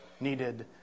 needed